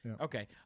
Okay